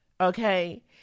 Okay